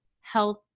health